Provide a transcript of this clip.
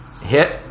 hit